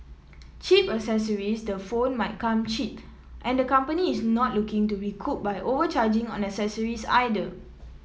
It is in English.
cheap accessories the phone might come cheap and the company is not looking to recoup by overcharging on accessories either